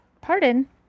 pardon